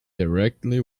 directly